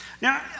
Now